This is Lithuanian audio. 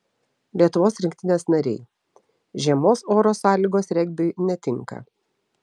lietuvos rinktinės nariai žiemos oro sąlygos regbiui netinka